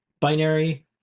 binary